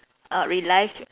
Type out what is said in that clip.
ah relive